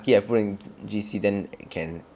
I put in G_C then can